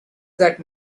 that